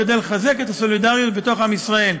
כדי לחזק את הסולידריות בתוך עם ישראל.